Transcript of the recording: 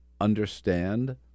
understand